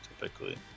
typically